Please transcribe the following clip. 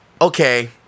okay